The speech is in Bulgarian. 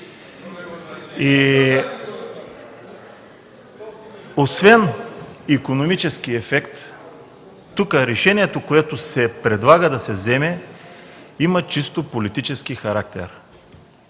Освен икономическия ефект, решението, което се предлага да се вземе тук, има чисто политически характер.